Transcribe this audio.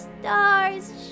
stars